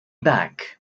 back